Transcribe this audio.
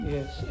Yes